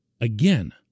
again